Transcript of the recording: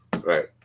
right